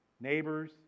neighbors